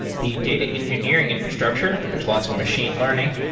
the data engineering infrastructure, there's lots of machine learning,